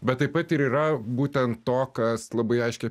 bet taip pat ir yra būtent to kas labai aiškiai